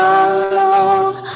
alone